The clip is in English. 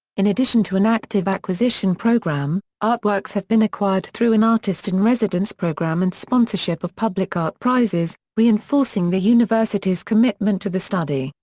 in addition to an active acquisition program, art works have been acquired through an artist in residence program and sponsorship of public art prizes, reinforcing the university's commitment to the study,